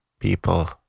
People